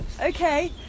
Okay